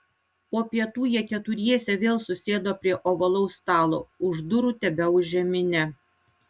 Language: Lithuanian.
po pietų jie keturiese vėl susėdo prie ovalaus stalo už durų tebeūžė minia